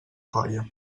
colla